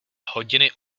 hodiny